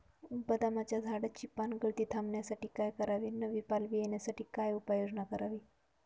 बदामाच्या झाडाची पानगळती थांबवण्यासाठी काय करावे? नवी पालवी येण्यासाठी काय उपाययोजना करावी?